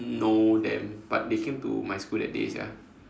know them but they came to my school that day sia